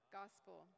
gospel